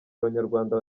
abanyarwanda